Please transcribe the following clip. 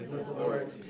authority